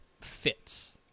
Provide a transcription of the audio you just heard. fits